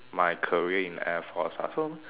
my career in air force ah so